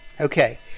okay